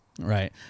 right